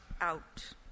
out